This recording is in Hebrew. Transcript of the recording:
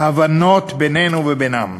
הבנות בינינו ובינן.